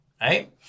right